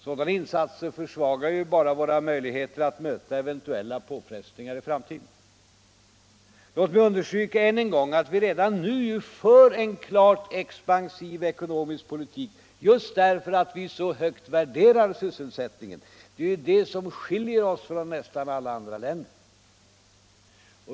Sådana insatser försvagar ju bara våra möjligheter att möta eventuella påfrestningar i framtiden. Låt mig understryka än en gång att vi redan nu för en klart expansiv ekonomisk politik, just därför att vi så högt värderar sysselsättningen. Det är ju detta som skiljer oss från nästan alla andra länder.